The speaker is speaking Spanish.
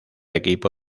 equipo